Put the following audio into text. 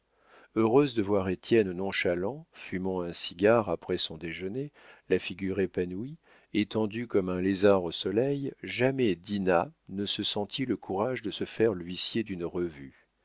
heureuse de voir étienne nonchalant fumant un cigare après son déjeuner la figure épanouie étendu comme un lézard au soleil jamais dinah ne se sentit le courage de se faire l'huissier d'une revue